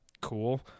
cool